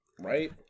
Right